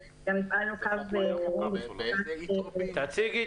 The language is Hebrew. הפעלנו קו מענה טלפוני במשך כמה חודשים פה בתקופת